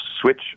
switch